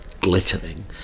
glittering